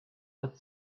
but